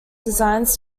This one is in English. designs